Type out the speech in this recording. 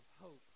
hope